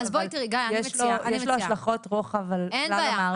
אבל יש לו השלכות רוחב על כלל המערכת.